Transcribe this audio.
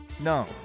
No